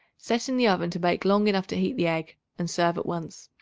set in the oven to bake long enough to heat the egg, and serve at once.